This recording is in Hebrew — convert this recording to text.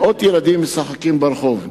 מאות ילדים משחקים ברחוב.